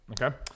Okay